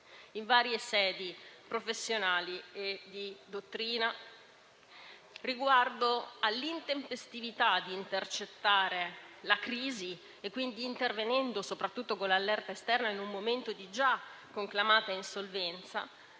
in varie sedi professionali e di dottrina riguardo l'intempestività di intercettare la crisi. Intervenendo soprattutto con l'allerta esterna in un momento di già conclamata insolvenza,